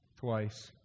Twice